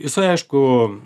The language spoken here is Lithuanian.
jisai aišku